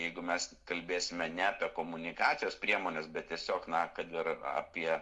jeigu mes kalbėsime ne apie komunikacijos priemones bet tiesiog na kad ir apie